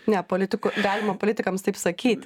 ne politikų galima politikams taip sakyti